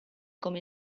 come